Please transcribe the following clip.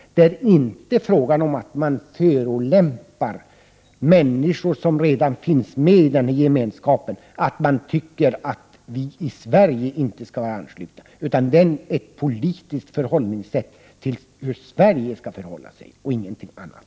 Att vi anser att Sverige inte skall vara anslutet till EG innebär inte att vi förolämpar människor i de länder som redan tillhör Gemenskapen. Vi framför endast vår synpunkt på hur Sverige bör förhålla sig till EG. Det är ett politiskt förhållningssätt och ingenting annat.